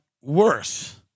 worse